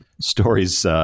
Stories